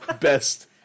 Best